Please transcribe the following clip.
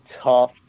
tough